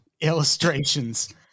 illustrations